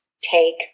take